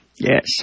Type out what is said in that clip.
Yes